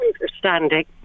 understanding